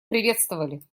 приветствовали